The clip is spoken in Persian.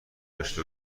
داشته